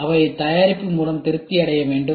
அவை தயாரிப்பு மூலம் திருப்தி அடைய வேண்டும்